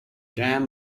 dam